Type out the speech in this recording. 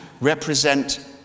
represent